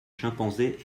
chimpanzés